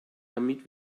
damit